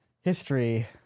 history